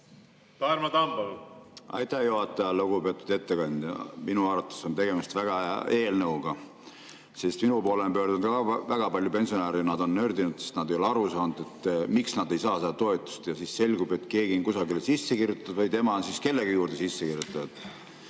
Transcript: Tarmo Tamm, palun! Aitäh, juhataja! Lugupeetud ettekandja! Minu arvates on tegemist väga hea eelnõuga. Ka minu poole on pöördunud väga palju pensionäre ja nad on nördinud, sest nad ei ole aru saanud, miks nad ei saa seda toetust. Ja siis selgub, et keegi on kusagile sisse kirjutatud või tema on kellegi juurde sisse kirjutatud.